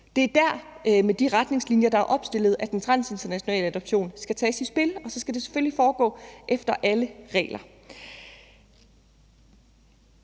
Det er der, med de retningslinjer, der opstillet, at den transnationale adoption skal sættes i værk, og så skal det selvfølgelig foregå i overenstemmelse